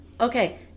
okay